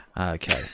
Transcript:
Okay